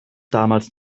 damals